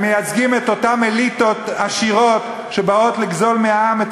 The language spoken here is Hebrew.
הם מייצגים את אותן אליטות עשירות שבאות לגזול מהעם את